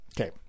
Okay